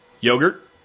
Yogurt